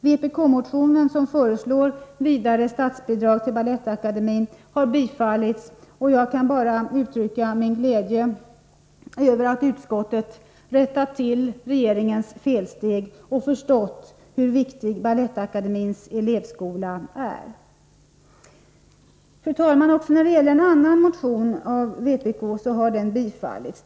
Den vpk-motion som föreslår vidare statsbidrag till Balettakademien har tillstyrkts, och jag kan bara uttrycka min glädje över att utskottet rättat till regeringens felsteg och förstått hur viktig Balettakademiens elevskola är. Fru talman! Också en annan motion av vpk har tillstyrkts.